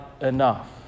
enough